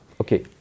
okay